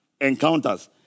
encounters